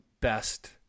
best